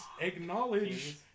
acknowledge